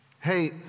Hey